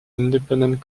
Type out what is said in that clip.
independent